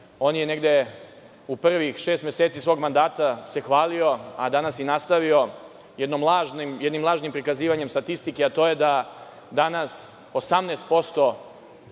On se negde u prvih šest meseci svog mandata hvalio, a danas je nastavio, jednim lažnim prikazivanjem statistike, a to je da je 18%